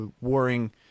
warring